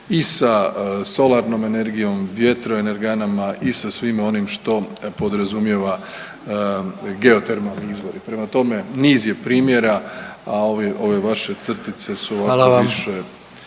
i sa solarnom energijom, vjetroenerganama i sa svime onim što podrazumijeva geotermalni izvori. Prema tome, niz je primjera, a ove vaše crtice …/Upadica: